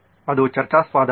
ಅದು ಚರ್ಚಾಸ್ಪದವೇ